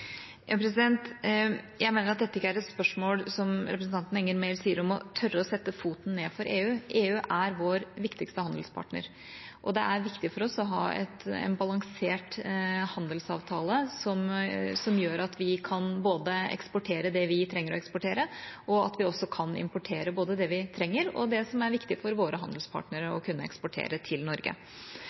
Jeg mener at dette ikke er et spørsmål om å tørre å sette foten ned for EU, som representanten Enger Mehl sier. EU er vår viktigste handelspartner, og det er viktig for oss å ha en balansert handelsavtale som gjør at vi både kan eksportere det vi trenger å eksportere, og at vi kan importere både det vi trenger, og det som det er viktig for våre handelspartnere å kunne eksportere til Norge.